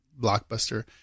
Blockbuster